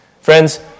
Friends